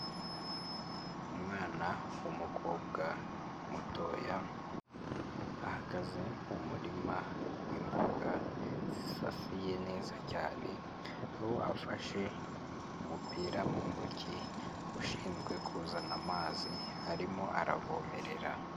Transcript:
Umwana w'umukobwa mutoya, ahagaze mu murima w'imboga zisasiye neza cyane, aho afashe umupira mu ntoki ushinzwe kuzana amazi, arimo aravomerera.